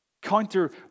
Counter-